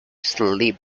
sleep